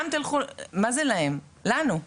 מה זה להם, לנו,